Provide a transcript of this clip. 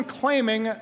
claiming